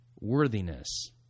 worthiness